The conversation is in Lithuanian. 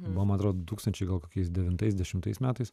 man atrodo du tūkstančiai gal kokiais devintais dešimtais metais